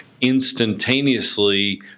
instantaneously